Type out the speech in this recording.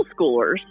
schoolers